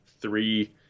three